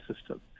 system